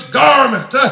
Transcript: garment